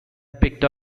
picked